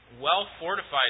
well-fortified